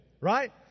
Right